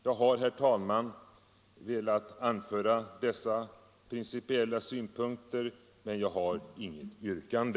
Jag har, herr talman, velat anföra dessa principiella synpunkter, men jag har inget yrkande.